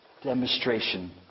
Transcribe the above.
Demonstration